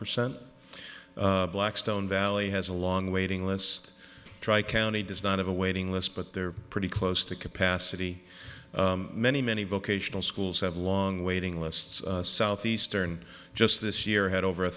percent blackstone valley has a long waiting list tri county does not have a waiting list but they're pretty close to capacity many many vocational schools have long waiting lists southeastern just this year had over